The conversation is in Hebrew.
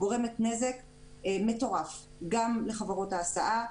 גורמת נזק מטורף גם לחברות ההסעה,